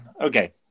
okay